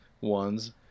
ones